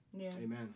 Amen